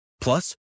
Plus